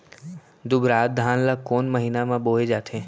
दुबराज धान ला कोन महीना में बोये जाथे?